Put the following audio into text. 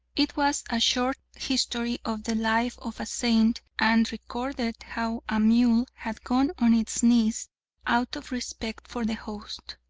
it was a short history of the life of a saint, and recorded how a mule had gone on its knees out of respect for the host.